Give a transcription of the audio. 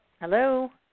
Hello